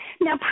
Now